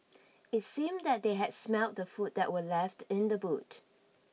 it seemed that they had smelt the food that were left in the boot